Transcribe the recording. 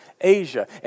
Asia